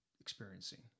experiencing